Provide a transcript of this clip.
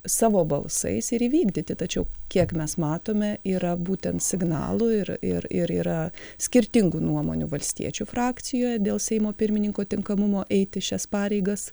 savo balsais ir įvykdyti tačiau kiek mes matome yra būtent signalų ir ir ir yra skirtingų nuomonių valstiečių frakcijoje dėl seimo pirmininko tinkamumo eiti šias pareigas